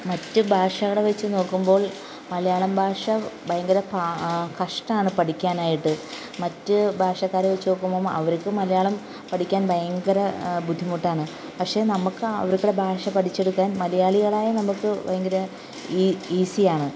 മറ്റു ഭാഷകൾ വച്ച് നോക്കുമ്പോൾ മലയാളം ഭാഷ ഭയങ്കര കഷ്ടമാണ് പഠിക്കാനായിട്ട് മറ്റു ഭാഷക്കാരെ വച്ച് നോക്കുമ്പം അവർക്ക് മലയാളം പഠിക്കാൻ ഭയങ്കര ബുദ്ധിമുട്ടാണ് പക്ഷേ നമുക്ക് അവരുടെ ഭാഷ പഠിച്ചെടുക്കാൻ മലയാളികളായ നമുക്ക് ഭയങ്കര ഈസിയാണ്